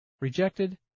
rejected